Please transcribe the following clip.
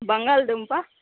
బంగాళదుంప